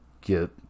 get